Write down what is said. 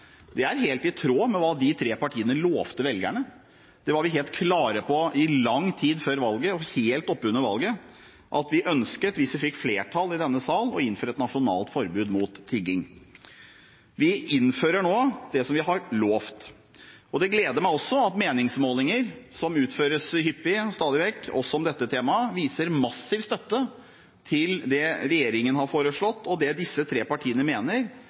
Det er helt i tråd med hva de tre partiene lovte velgerne. Vi var helt klare på i lang tid før, og helt oppunder, valget, at vi ønsket – hvis vi fikk flertall i denne sal – å innføre et nasjonalt forbud mot tigging. Vi innfører nå det som vi har lovt. Det gleder meg også at meningsmålinger som utføres hyppig, ja stadig vekk, også om dette temaet, viser massiv støtte til det regjeringen har foreslått, og det disse tre partiene mener,